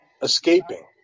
escaping